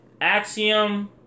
Axiom